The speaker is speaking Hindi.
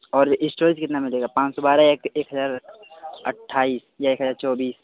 और एस्टोरेज कितना मिलेगा पाँच सौ बारह या एक हज़ार अट्ठाइस या एक हज़ार चौबीस